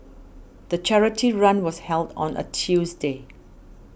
the charity run was held on a Tuesday